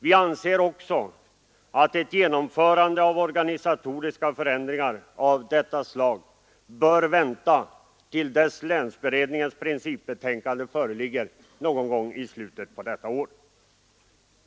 Vi anser också att ett genomförande av organisatoriska förändringar av detta slag bör vänta till dess länsberedningens principbetänkande föreligger någon gång i slutet av detta år.